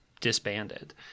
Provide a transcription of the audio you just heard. disbanded